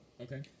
Okay